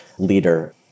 Leader